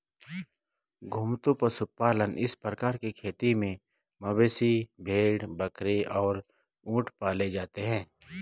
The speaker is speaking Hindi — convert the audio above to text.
घुमंतू पशुपालन इस प्रकार की खेती में मवेशी, भेड़, बकरी और ऊंट पाले जाते है